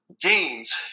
gains